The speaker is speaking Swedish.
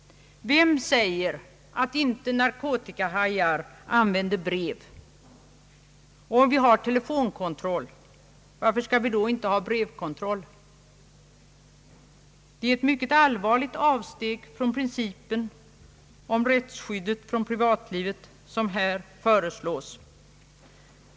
Vem säger att inte narkotikahajar använder brev? Och om vi har telefonkontroll, varför skall vi inte då ha brevkontroll? Det är ett mycket allvarligt avsteg från principen om rättsskyddet för privatlivet som här föreslås.